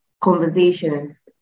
conversations